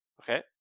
Okay